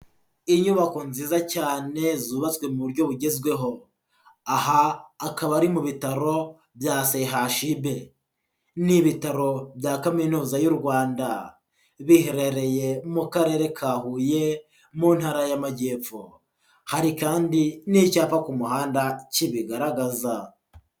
Inyubako nziza cyane zubatswe mu buryo bugezweho, aha akaba ari mu bitaro bya CHUB. Ni ibitaro bya Kaminuza y'u Rwanda, biherereye mu Karere ka Huye, mu Ntara y'Amajyepfo, hari kandi n'icyapa ku muhanda kibigaragaza.